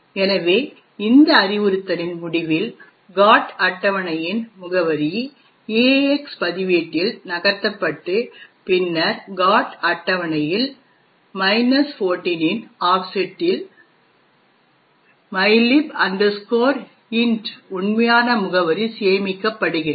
எனவே இந்த அறிவுறுத்தலின் முடிவில் GOT அட்டவணையின் முகவரி EAX பதிவேட்டில் நகர்த்தப்பட்டு பின்னர் GOT அட்டவணையில் 14 இன் ஆஃப்செட்டில் mylib int உண்மையான முகவரி சேமிக்கப்படுகிறது